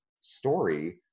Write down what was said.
story